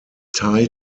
thai